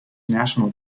national